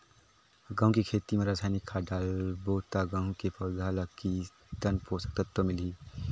गंहू के खेती मां रसायनिक खाद डालबो ता गंहू के पौधा ला कितन पोषक तत्व मिलही?